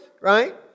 right